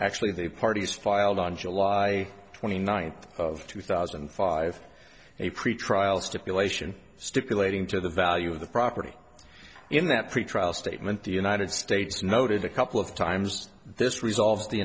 actually the parties filed on july twenty ninth two thousand and five a pretrial stipulation stipulating to the value of the property in that pretrial statement the united states noted a couple of times this resolves the